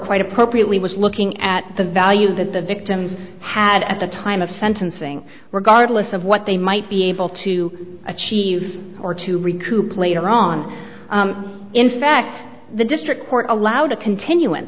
quite appropriately was looking at the value that the victims had at the time of sentencing regardless of what they might be able to achieve or to recoup later on in fact the district court allowed a continuance in